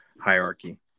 hierarchy